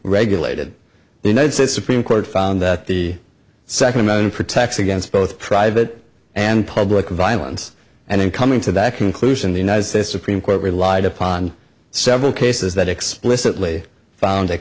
regulated the united states supreme court found that the second amendment protects against both private and public violence and in coming to that conclusion the united states supreme court relied upon several cases that explicitly found a